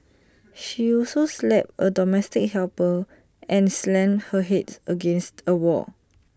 she also slapped the domestic helper and slammed her Head against A wall